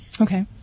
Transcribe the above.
Okay